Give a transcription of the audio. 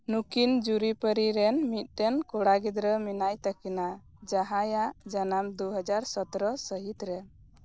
ᱱᱩᱠᱤᱱ ᱡᱩᱨᱤ ᱯᱟ ᱨᱤ ᱨᱮᱱ ᱢᱤᱫᱴᱮᱱ ᱠᱚᱲᱟ ᱜᱤᱫᱨᱟ ᱢᱮᱱᱟᱭ ᱛᱟ ᱠᱤᱱᱟ ᱡᱟᱦᱟᱸᱭᱟᱜ ᱡᱟᱱᱟᱢ ᱫᱩ ᱦᱟᱡᱟᱨ ᱥᱚᱛᱨᱚ ᱥᱟ ᱦᱤᱛ ᱨᱮ